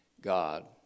God